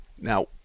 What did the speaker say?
Now